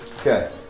Okay